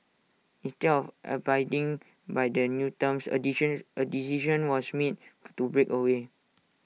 instead of abiding by the new terms A A decision was made to break away